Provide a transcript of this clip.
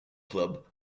club